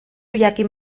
jakin